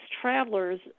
travelers